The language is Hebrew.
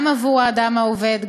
גם עבור האדם העובד,